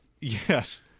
Yes